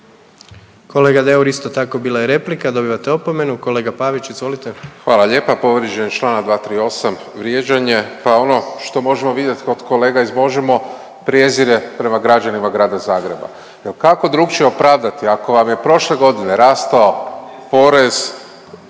Kolega Deur isto tako bila je replika dobivate opomenu. Kolega Pavić izvolite. **Pavić, Marko (HDZ)** Hvala lijepa. Povrijeđen je čl. 238. vrijeđanje, pa ono što možemo vidjet kod kolega iz Možemo prijezire prema građanima Grada Zagreba jer kako drukčije opravdati ako vam je prošle godine rastao porez